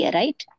right